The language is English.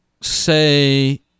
say